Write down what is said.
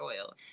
oil